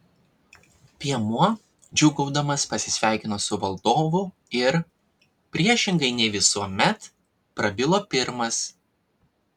piemuo džiūgaudamas pasisveikino su valdovu ir priešingai nei visuomet prabilo pirmas